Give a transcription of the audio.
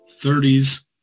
30s